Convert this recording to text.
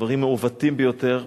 דברים מעוותים ביותר,